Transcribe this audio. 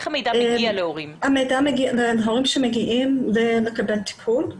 הורים שמגיעים לקבל טיפול,